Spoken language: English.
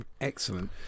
Excellent